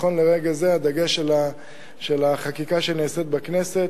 נכון לרגע זה הדגש של החקיקה שנעשית בכנסת